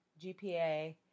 GPA